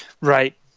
Right